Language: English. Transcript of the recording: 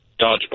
Dodgeball